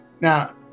Now